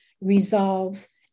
resolves